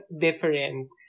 different